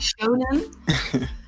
shonen